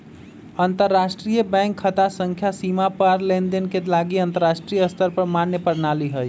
अंतरराष्ट्रीय बैंक खता संख्या सीमा पार लेनदेन के लागी अंतरराष्ट्रीय स्तर पर मान्य प्रणाली हइ